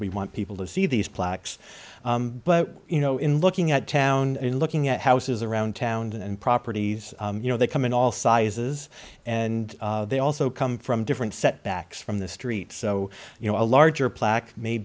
we want people to see these plaques but you know in looking at town and looking at houses around town and properties you know they come in all sizes and they also come from different set backs from the street so you know a larger plaque may